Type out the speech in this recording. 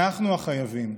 אנחנו החייבים,